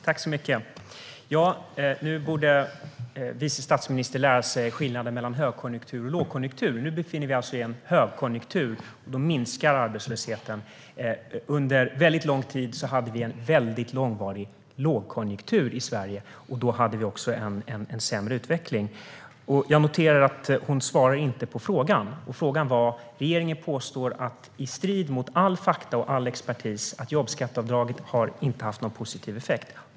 Herr talman! Nu borde vice statsministern lära sig skillnaden mellan högkonjunktur och lågkonjunktur. Nu befinner vi oss i en högkonjunktur, och då minskar arbetslösheten. Under en väldigt lång tid hade vi en väldigt långvarig lågkonjunktur i Sverige, och då hade vi också en sämre utveckling. Jag noterar att statsrådet inte svarar på frågan. Frågan var: Regeringen påstår i strid mot alla fakta och all expertis att jobbskatteavdraget inte har haft någon positiv effekt.